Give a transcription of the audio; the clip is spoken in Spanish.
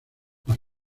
las